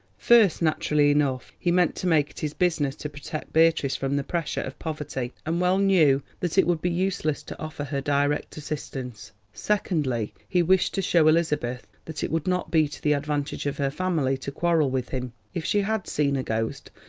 first, naturally enough, he meant to make it his business to protect beatrice from the pressure of poverty, and well knew that it would be useless to offer her direct assistance. secondly, he wished to show elizabeth that it would not be to the advantage of her family to quarrel with him. if she had seen a ghost,